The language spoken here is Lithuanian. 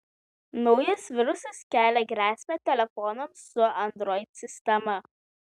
naujas virusas kelia grėsmę telefonams su android sistema